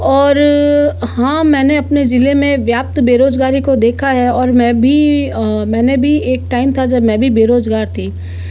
और हाँ मैंने अपने ज़िले में व्याप्त बेरोज़गारी को देखा है और मैं भी आ मैंने भी एक टाइम था जब मैं भी बेरोजगार थी